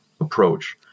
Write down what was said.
approach